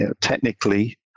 technically